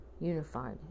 unified